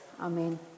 Amen